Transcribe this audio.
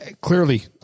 clearly